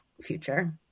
future